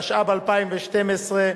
התשע"ב 2012,